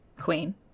Queen